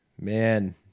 man